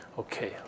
Okay